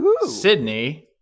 sydney